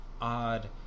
odd